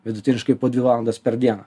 vidutiniškai po dvi valandas per dieną